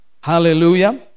hallelujah